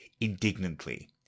indignantly